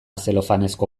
zelofanezko